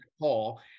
Paul